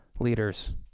leaders